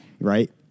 Right